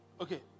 Okay